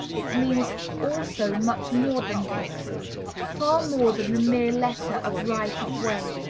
it means also much more than this far more than the mere letter of right of way.